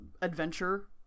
adventure